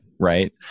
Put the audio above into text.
Right